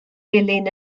melyn